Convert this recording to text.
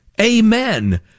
Amen